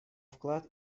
вклад